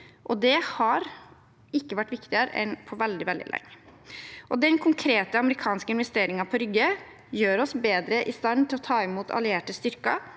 det har ikke vært viktigere på veldig, veldig lenge. Den konkrete amerikanske investeringen på Rygge gjør oss bedre i stand til å ta imot allierte styrker,